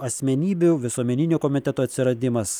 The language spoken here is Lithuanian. asmenybių visuomeninio komiteto atsiradimas